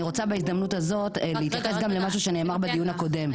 אני רוצה בהזדמנות הזאת להתייחס למשהו שנאמר בדיון הקודם.